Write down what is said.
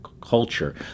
culture